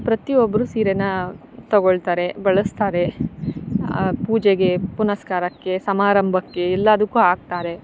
ಪ್ರತಿ ಒಬ್ಬರು ಸೀರೆ ತಗೊಳ್ತಾರೆ ಬಳಸ್ತಾರೆ ಪೂಜೆಗೆ ಪುನಸ್ಕಾರಕ್ಕೆ ಸಮಾರಂಭಕ್ಕೆ ಎಲ್ಲದಕ್ಕು ಹಾಕ್ತಾರೆ